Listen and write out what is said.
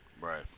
right